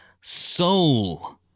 Soul